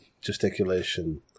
gesticulation